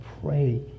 pray